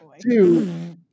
two